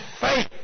faith